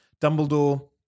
Dumbledore